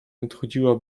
nadchodziła